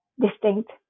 distinct